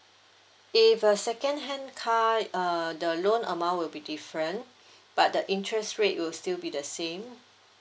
if a second hand car err the loan amount would be different but the interest rate will still be the same